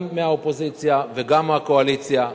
גם מהאופוזיציה וגם מהקואליציה,